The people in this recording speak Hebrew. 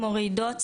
כמו רעידות,